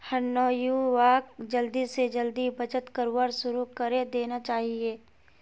हर नवयुवाक जल्दी स जल्दी बचत करवार शुरू करे देना चाहिए